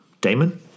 Damon